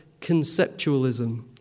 conceptualism